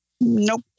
Nope